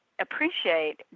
appreciate